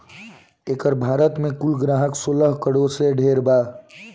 एकर भारत मे कुल ग्राहक सोलह करोड़ से ढेर बारे